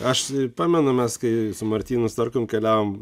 aš pamenu mes kai su martynu starkum keliavom